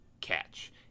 catch